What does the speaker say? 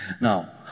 now